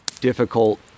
difficult